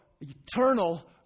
eternal